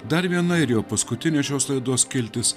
dar viena ir jau paskutinė šios laidos skiltis